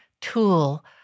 tool